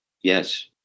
yes